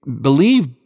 believe